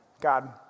God